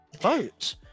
vote